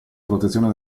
protezione